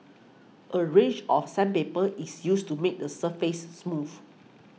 a range of sandpaper is used to make the surface smooth